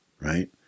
right